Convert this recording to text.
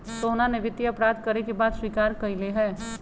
सोहना ने वित्तीय अपराध करे के बात स्वीकार्य कइले है